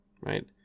right